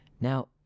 Now